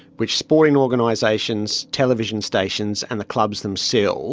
which sporting organisations, television stations and the clubs themselves